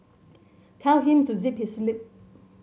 tell him to zip his lip